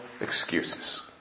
excuses